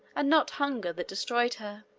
and not hunger, that destroyed her.